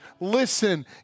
listen